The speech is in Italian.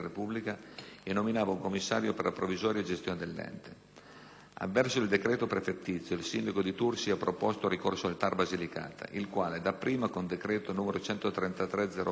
e nominava un commissario per la provvisoria gestione dell'ente. Avverso il decreto prefettizio, il Sindaco di Tursi ha proposto ricorso al TAR Basilicata il quale, dapprima con decreto n. 133/08